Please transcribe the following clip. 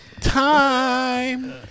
Time